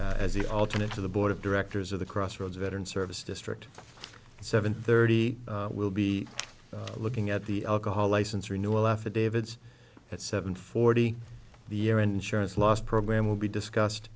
dumas as the alternate to the board of directors of the crossroads veterans service district seven thirty will be looking at the alcohol license renewal affidavits at seven forty the year insurance loss program will be discussed